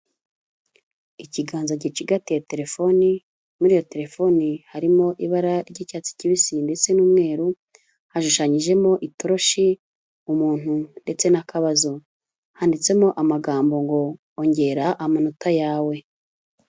Ikiganza gicigatiye telefoni, muri iyo telefoni harimo ibara ry'icyatsi kibisi ndetse n'umweru, hashushanyijemo itoroshi, umuntu ndetse n'akabazo. Handitsemo amagambo ngo ongera amanota yawe.